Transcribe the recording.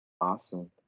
Awesome